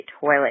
toilet